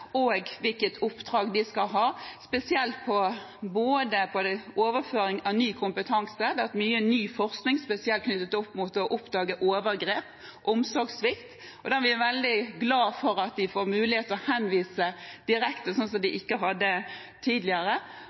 og hvilket oppdrag de skal ha, spesielt på overføring av ny kompetanse – det er mye ny forskning spesielt knyttet opp mot å oppdage overgrep og omsorgssvikt, og vi er veldig glade for at de får mulighet til å henvise direkte, som de ikke hadde tidligere